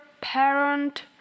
parent